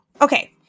Okay